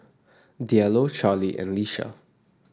Diallo Charley and Lisha